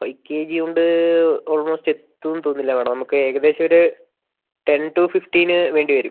five K G കൊണ്ട് almost എത്തുമെന്ന് തോന്നുന്നില്ല മാഡം നമുക്ക് ഏകദേശം ഒരു ടെൻ ടു ഫിഫ്റ്റീന് വേണ്ടി വരും